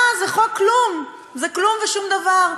מה, זה חוק כלום, זה כלום ושום דבר.